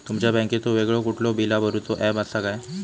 तुमच्या बँकेचो वेगळो कुठलो बिला भरूचो ऍप असा काय?